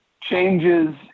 changes